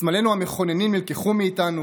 סמלינו המכוננים נלקחו מאיתנו,